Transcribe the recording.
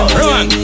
run